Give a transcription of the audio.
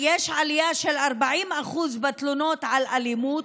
עלייה של 40% בתלונות על אלימות?